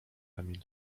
emil